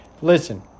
listen